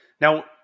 Now